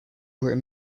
were